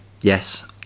Yes